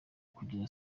kugeza